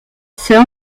sir